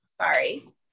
sorry